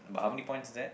but how many points is that